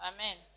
Amen